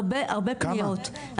יש הרבה-הרבה קריאות.